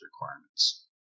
requirements